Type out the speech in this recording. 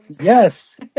yes